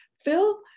Phil